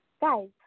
Guys